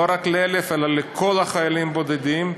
רק ל-1,000 חיילים אלא לכל החיילים הבודדים,